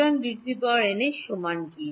সুতরাং Dn সমান কি